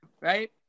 right